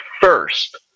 first